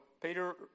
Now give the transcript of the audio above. Peter